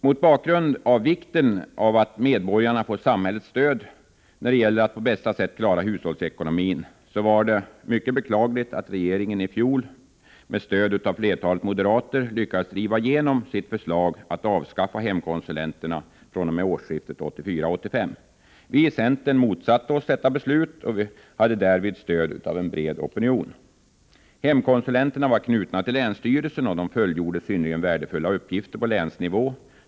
Mot bakgrund av att det är viktigt att medborgarna får samhällets stöd när det gäller att på bästa sätt klara av hushållsekonomin var det mycket beklagligt att regeringen i fjol med stöd av flertalet moderater lyckades driva igenom sitt förslag om att avskaffa hemkonsulenterna fr.o.m. årsskiftet 1984-1985. Vi i centern motsatte oss detta beslut, och vi hade därvid stöd av en bred opinion. Hemkonsulenterna var knutna till länsstyrelsen, och de fullgjorde synnerligen värdefulla uppgifter på länsnivå.